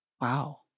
Wow